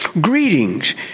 greetings